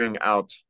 out